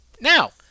Now